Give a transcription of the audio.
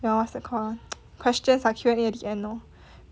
your what's that called ah questions ah Q_and_A at the end lor